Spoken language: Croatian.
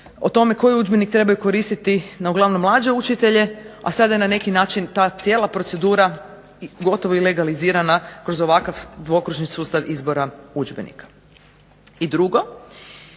o tome koji udžbenik trebaju koristiti na uglavnom mlađe učitelje, a sada je na neki način ta cijela procedura gotovo i legalizirana kroz ovakav dvokružni sustav izbora udžbenike. I drugo,